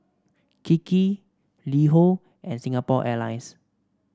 Kiki LiHo and Singapore Airlines